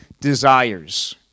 desires